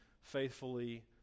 faithfully